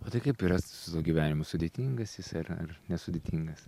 o tai kaip yra su gyvenimu sudėtingas jis yra ar nesudėtingas